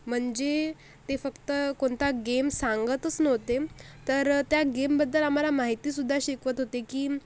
म्हणजे ते फक्त कोणता गेम सांगतच नव्हते तर त्या गेमबद्दल आम्हाला माहितीसुद्धा शिकवत होते की